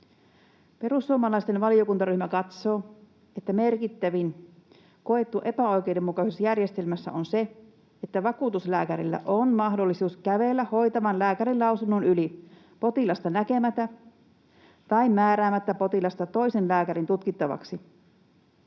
Perussuomalaisten valiokuntaryhmä katsoo, että merkittävin koettu epäoikeudenmukaisuus järjestelmässä on se, että vakuutuslääkärillä on mahdollisuus kävellä hoitavan lääkärin lausunnon yli potilasta näkemättä tai määräämättä potilasta toisen lääkärin tutkittavaksi.